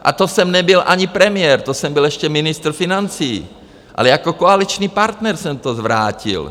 A to jsem nebyl ani premiér, to jsem byl ještě ministr financí, ale jako koaliční partner jsem to zvrátil.